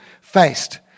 faced